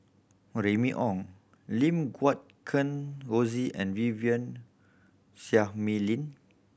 Remy Ong Lim Guat Kheng Rosie and Vivien Seah Mei Lin